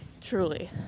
truly